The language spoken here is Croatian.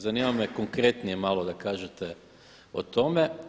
Zanima me konkretnije malo da kažete o tome.